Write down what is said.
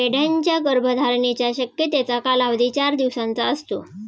मेंढ्यांच्या गर्भधारणेच्या शक्यतेचा कालावधी चार दिवसांचा असतो